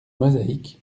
mosaïque